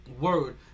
word